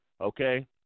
Okay